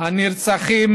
הנרצחים